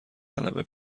غلبه